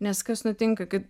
nes kas nutinka kai